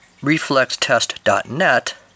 ReflexTest.net